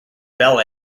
bel